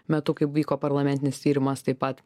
metu kaip vyko parlamentinis tyrimas taip pat